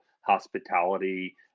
hospitality